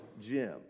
jim